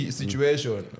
situation